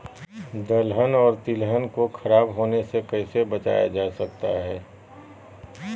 दलहन और तिलहन को खराब होने से कैसे बचाया जा सकता है?